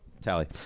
tally